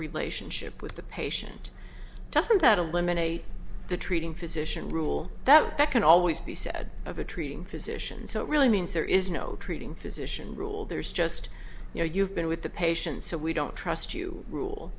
relationship with the patient doesn't that a limit a the treating physician rule that that can always be said of the treating physician so it really means there is no treating physician rule there's just you know you've been with the patient so we don't trust you rule